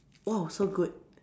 !wow! so good